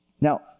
Now